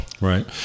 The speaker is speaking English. Right